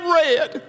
red